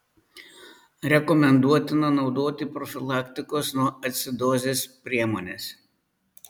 rekomenduotina naudoti profilaktikos nuo acidozės priemones